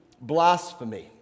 blasphemy